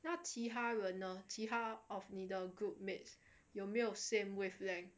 那其他人呢其他 of 你的 group mates 有没有 same wavelength